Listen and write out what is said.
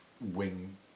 wing